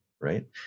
right